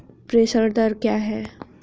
प्रेषण दर क्या है?